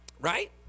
right